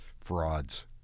frauds